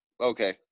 Okay